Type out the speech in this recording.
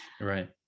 Right